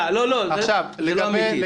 לא, לא, זה לא אמתי.